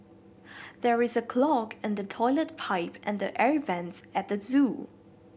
there is a clog in the toilet pipe and the air vents at the zoo